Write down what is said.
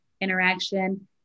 interaction